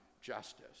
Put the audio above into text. justice